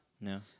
No